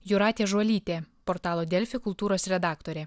jūratė žuolytė portalo delfi kultūros redaktorė